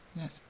yes